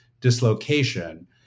dislocation